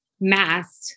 masked